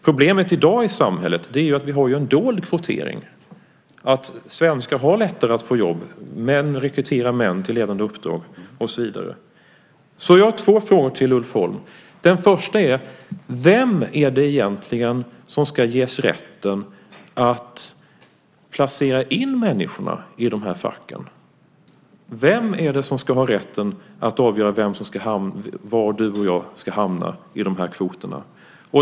Problemet är att det i dag finns en dold kvotering som leder till att svenskar har lättare att få jobb, att män rekryterar män till ledande uppdrag och så vidare. Jag har två frågor till Ulf Holm. Den första är: Vem är det som ska ges rätten att placera in människorna i dessa fack? Vem ska ha rätten att avgöra var du och jag ska hamna i de här kvoterna?